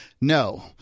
No